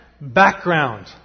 background